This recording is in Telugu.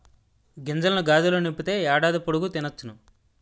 గింజల్ని గాదిలో నింపితే ఏడాది పొడుగు తినొచ్చును